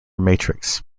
matrix